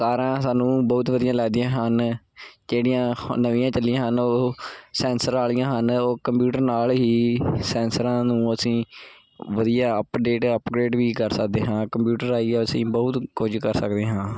ਕਾਰਾਂ ਸਾਨੂੰ ਬਹੁਤ ਵਧੀਆ ਲੱਗਦੀਆਂ ਹਨ ਕਿਹੜੀਆਂ ਹ ਨਵੀਆਂ ਚੱਲੀਆਂ ਹਨ ਉਹ ਸੈਂਸਰ ਵਾਲੀਆਂ ਹਨ ਉਹ ਕੰਪਿਊਟਰ ਨਾਲ ਹੀ ਸੈਂਸਰਾਂ ਨੂੰ ਅਸੀਂ ਵਧੀਆ ਅਪਡੇਟ ਅਪਗ੍ਰੇਡ ਵੀ ਕਰ ਸਕਦੇ ਹਾਂ ਕੰਪਿਊਟਰ ਰਾਹੀਂ ਅਸੀਂ ਬਹੁਤ ਕੁਝ ਕਰ ਸਕਦੇ ਹਾਂ